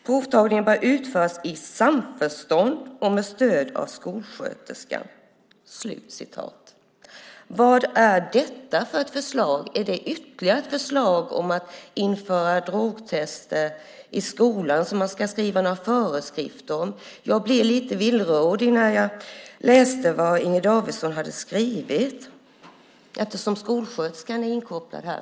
Provtagningen bör utföras i samförstånd och med stöd av skolsköterskan." Vad är detta för förslag? Är det ytterligare ett förslag om att införa drogtester i skolan, så att man ska skriva några föreskrifter? Jag blev lite villrådig när jag läste vad Inger Davidson hade skrivit, eftersom skolsköterskan är inkopplad här.